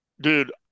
dude